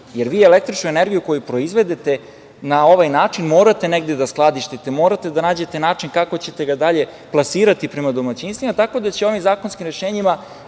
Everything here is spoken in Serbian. jer vi električnu energiju koju proizvedete na ovaj način morate negde da skladištite, morate da nađete način kako ćete ga dalje plasirati prema domaćinstvima, tako da će ovim zakonskim rešenjima,